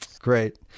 Great